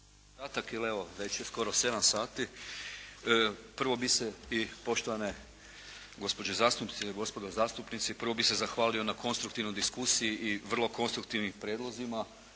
kratak jer evo već je skoro sedam sati. Prvo bi se i poštovane gospođe zastupnice i gospodo zastupnici, prvo bih se zahvalio na konstruktivnoj diskusiji i vrlo konstruktivnim prijedlozima